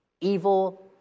evil